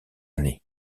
année